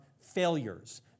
failures